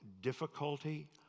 difficulty